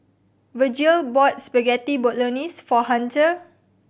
Virgil bought Spaghetti Bolognese for Hunter